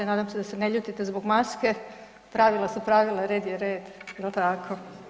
Nadam se da se ne ljutite zbog maske, pravila su pravila, red je red, jel tako.